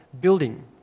building